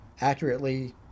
accurately